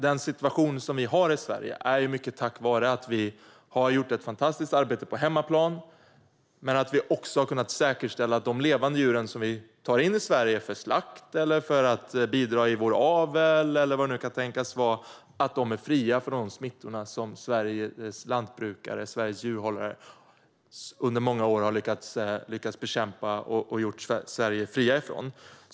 Den situation som vi har i Sverige har vi mycket tack vare att vi har gjort ett fantastiskt arbete på hemmaplan och också kunnat säkerställa att de levande djur vi tar in i Sverige för slakt eller avel eller vad det kan tänkas vara är fria från de smittor som Sveriges djurhållare under många år har lyckats bekämpa och gjort Sverige fritt från.